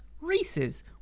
Reese's